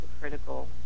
critical